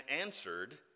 answered